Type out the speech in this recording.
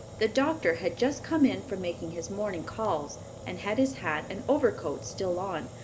the doctor had just come in from making his morning calls and had his hat and overcoat still on.